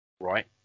right